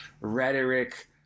rhetoric